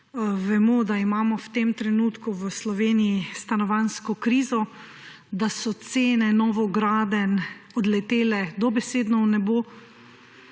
Vemo, da imamo v tem trenutku v Sloveniji stanovanjsko krizo, da so cene novogradenj odletele dobesedno v nebo,